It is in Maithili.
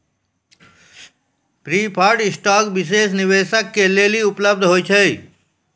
प्रिफर्ड स्टाक विशेष निवेशक के लेली उपलब्ध होय छै